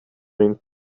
min